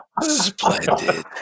Splendid